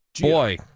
Boy